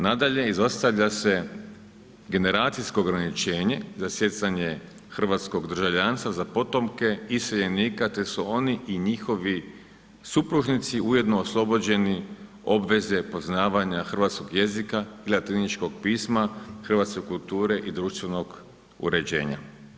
Nadalje, izostavlja se generacijsko ograničenje za stjecanje hrvatskog državljanstva za potomke iseljenika te su oni i njihovi supružnici ujedno oslobođeni obveze poznavanja hrvatskog jezika, latiničkog pisma, hrvatske kulture i društvenog uređenja.